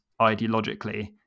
ideologically